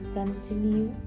continue